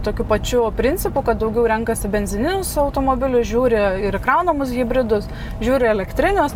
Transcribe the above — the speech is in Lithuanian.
tokiu pačiu principu kad daugiau renkasi benzininius automobilius žiūri ir įkraunamus hibridus žiūri į elektrinius